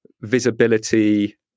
visibility